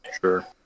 Sure